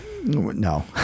no